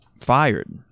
fired